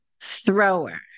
thrower